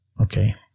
Okay